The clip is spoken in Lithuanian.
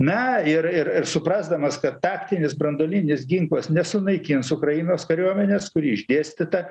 na ir ir ir suprasdamas kad taktinis branduolinis ginklas nesunaikins ukrainos kariuomenės kuri išdėstyta